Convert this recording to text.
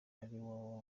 arirwo